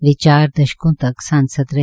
वे चार दशकों तक सांसद रहे